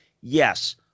yes